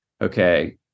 okay